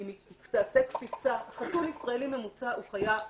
אם היא תעשה קפיצה חתול ישראלי ממוצע הוא חיה פסיכוטית.